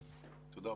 תודה.